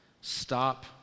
stop